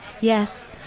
Yes